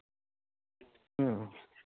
ᱦᱩᱸ